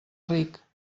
ric